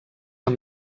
amb